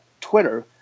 Twitter